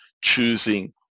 choosing